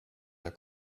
der